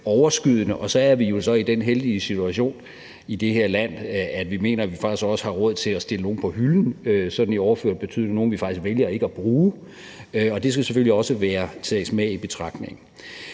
overskydende. Så er vi jo i den heldige situation i det her land, at vi mener, at vi faktisk også har råd til at stille nogle på hylden sådan i overført betydning – nogle, vi faktisk vælger ikke at bruge. Og det skal selvfølgelig også tages med i betragtningen.